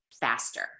faster